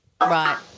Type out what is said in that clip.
right